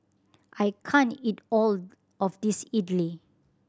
I can't eat all of this Idili